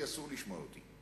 כי אסור לשמוע אותי.